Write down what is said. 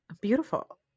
Beautiful